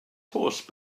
horse